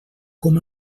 com